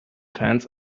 fans